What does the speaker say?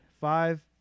five